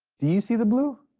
do you see the blue?